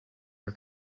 her